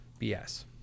BS